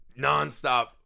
nonstop